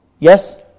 Yes